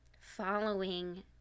following